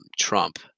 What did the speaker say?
Trump